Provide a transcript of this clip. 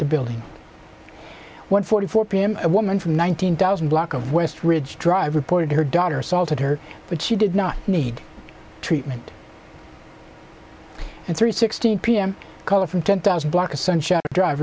the building one forty four p m a woman from nineteen thousand block of west ridge drive reported her daughter assaulted her but she did not need treatment and three sixteen pm caller from ten thousand block of sunshine drive